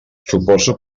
suposo